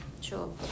Sure